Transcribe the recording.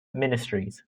ministries